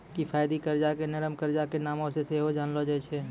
किफायती कर्जा के नरम कर्जा के नामो से सेहो जानलो जाय छै